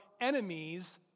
enemies